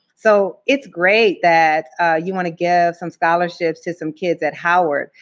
so it's great that you want to give some scholarships to some kids at howard,